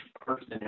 person